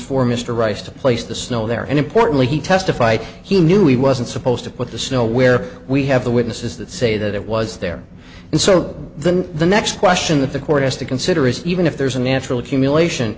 mr rice to place the snow there and importantly he testified he knew he wasn't supposed to put the snow where we have the witnesses that say that it was there and so then the next question that the court has to consider is even if there's a natural accumulation